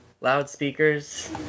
loudspeakers